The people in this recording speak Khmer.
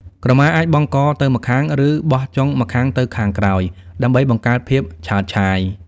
ក្រមាអាចបង់កទៅម្ខាង ឬបោះចុងម្ខាងទៅខាងក្រោយ ដើម្បីបង្កើតភាពឆើតឆាយ។